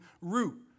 root